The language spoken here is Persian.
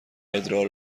ادرار